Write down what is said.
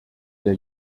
der